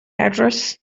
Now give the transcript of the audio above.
address